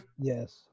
Yes